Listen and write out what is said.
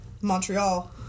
Montreal